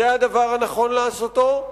זה הדבר הנכון לעשותו,